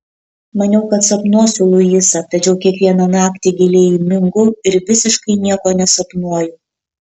maniau kad sapnuosiu luisą tačiau kiekvieną naktį giliai įmingu ir visiškai nieko nesapnuoju